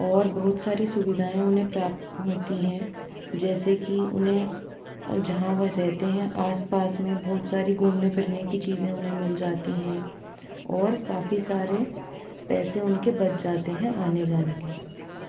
और बहुत सारी सुविधाएँ उन्हें प्राप्त होती हैं जैसे कि उन्हें जहाँ वह रहते हैं आस पास में बहुत सारी घूमने फिरने की चीज़ें उन्हें मिल जाती हैं और काफी सारे पैसे उनके बच जाते हैं आने जाने के